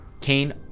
Kane